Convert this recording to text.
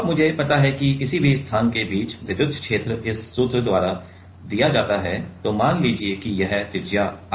अब मुझे पता है कि किसी भी स्थान के बीच में विद्युत क्षेत्र इस सूत्र द्वारा दिया जाता है मान लीजिए कि यह त्रिज्या r है